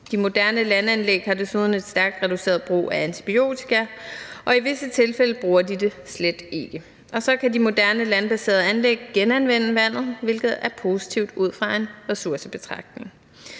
De moderne landanlæg har desuden et stærkt reduceret brug af antibiotika, og i visse tilfælde bruger de det slet ikke. Så kan de moderne landbaserede anlæg genanvende vandet, hvilket er positivt ud fra en ressourcebetragtning.